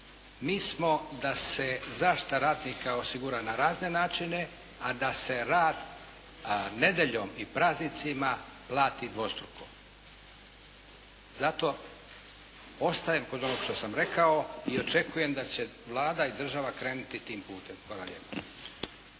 mi smo da se zaštita radnika osigura na razne načine a da se rad nedjeljom i praznicima plati dvostruko. Zato ostajem kod ovog što sam rekao i očekujem da će Vlada i država krenuti tim putem. Hvala lijepo.